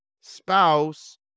spouse